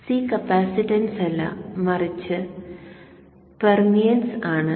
C capacitance അല്ല മറിച്ചു permeance ആണ്